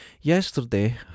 yesterday